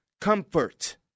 comfort